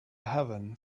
heaven